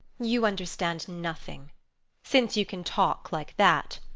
you understand nothing since you can talk like that!